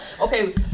okay